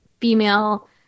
female